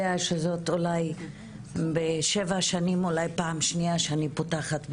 יודע שבשבע שנים אולי פעם שנייה שאני פותחת באיחור,